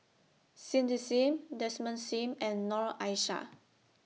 Cindy SIM Desmond SIM and Noor Aishah